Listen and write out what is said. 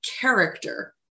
character